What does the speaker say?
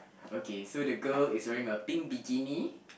okay so the girl is wearing a pink bikini